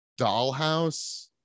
dollhouse